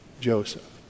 Joseph